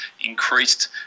increased